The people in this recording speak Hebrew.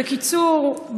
בקיצור,